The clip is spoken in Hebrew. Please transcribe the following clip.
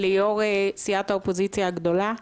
ליו"ר סיעת האופוזיציה הגדולה,